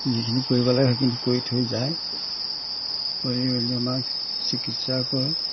যিখিনি কৰিব লাগে সেইখিনি কৰি থৈ যায় কৰি মেলি আমাক চিকিৎসা কৰোঁ